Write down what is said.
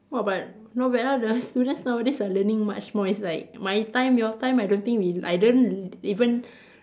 !wah! but not bad ah the students nowadays are learning much more it's like my time your time I don't think we I don't even